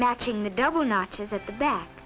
matching the double notches at the ba